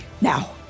now